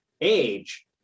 Age